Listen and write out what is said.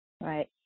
Right